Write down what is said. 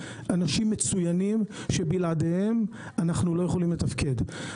אנשים מצוינים שבלעדיהם אנחנו לא יכולים לתפקד.